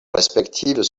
respectives